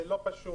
זה לא פשוט.